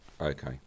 okay